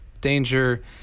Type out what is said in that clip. danger